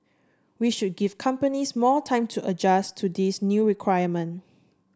we should give companies more time to adjust to this new requirement